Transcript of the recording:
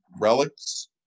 Relics